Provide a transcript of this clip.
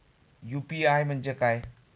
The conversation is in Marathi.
यु.पी.आय म्हणजे काय?